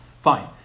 Fine